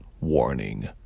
warning